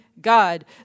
God